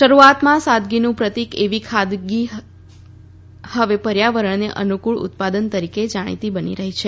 શરૂઆતમાં સાદગીનું પ્રતિક એવી ખાદી હવે પર્યાવરણને અનુકૂળ ઉત્પાદન તરીકે જાણીતી બની રહી છે